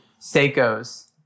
Seikos